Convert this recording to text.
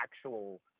actual